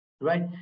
Right